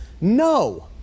No